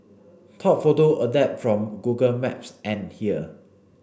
top photo adapted from Google Maps and here